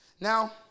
Now